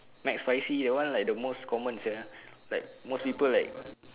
Mcspicy that one like the most common sia like most people like